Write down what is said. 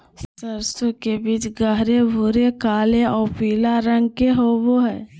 सरसों के बीज गहरे भूरे काले आऊ पीला रंग के होबो हइ